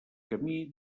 camí